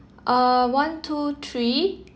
uh one two three